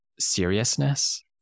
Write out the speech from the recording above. seriousness